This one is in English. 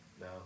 No